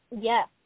Yes